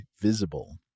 Visible